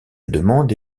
demande